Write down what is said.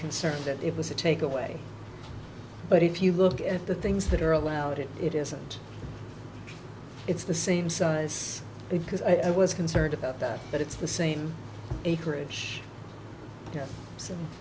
concern that it was a take away but if you look at the things that are allowed it it isn't it's the same size because i was concerned about that but it's the same acreage so